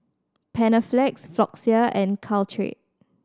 Panaflex Floxia and Caltrate